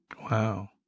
Wow